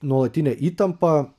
nuolatinę įtampą